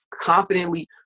confidently